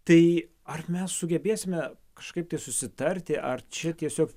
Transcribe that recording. tai ar mes sugebėsime kažkaip tai susitarti ar čia tiesiog